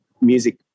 music